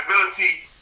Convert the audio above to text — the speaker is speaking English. ability